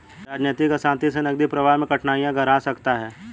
राजनीतिक अशांति से नकदी प्रवाह में कठिनाइयाँ गहरा सकता है